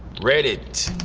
reddit.